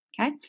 Okay